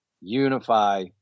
unify